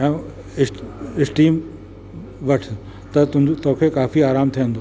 ऐं इस स्टीम वठु त तूं तोखे काफ़ी आराम थींदो